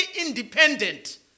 independent